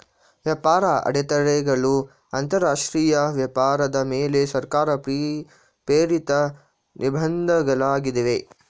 ವ್ಯಾಪಾರ ಅಡೆತಡೆಗಳು ಅಂತರಾಷ್ಟ್ರೀಯ ವ್ಯಾಪಾರದ ಮೇಲೆ ಸರ್ಕಾರ ಪ್ರೇರಿತ ನಿರ್ಬಂಧ ಗಳಾಗಿವೆ